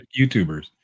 YouTubers